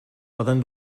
poden